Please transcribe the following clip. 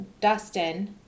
Dustin